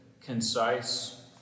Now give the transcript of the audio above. concise